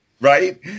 Right